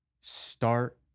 Start